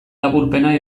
laburpena